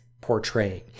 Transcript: portraying